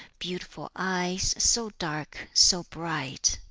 beautiful eyes, so dark, so bright!